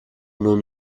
non